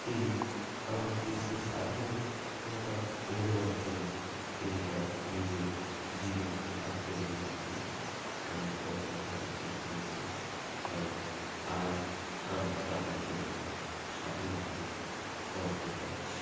তিনি আমার দেশকে স্বাধীনতা এনে দেওয়ার জন্য তিনি তার নিজের জীবনকে আত্মবলিদান দিয়েছিলেন আমি কখনও তাদেরকে ভুলব না কারণ আজ আমরা তাদের জন্য স্বাধীনভাবে বাঁচতে পারছি